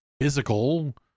physical